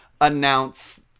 announce